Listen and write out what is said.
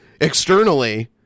externally